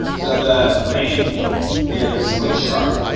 so the grain is quite sharp,